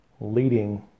leading